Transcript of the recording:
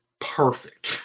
perfect